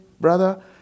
brother